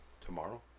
Tomorrow